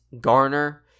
garner